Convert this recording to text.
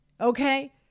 Okay